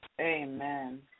Amen